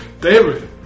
David